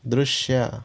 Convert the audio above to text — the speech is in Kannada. ದೃಶ್ಯ